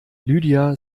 lydia